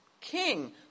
king